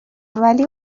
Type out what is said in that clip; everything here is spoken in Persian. ولی